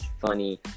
funny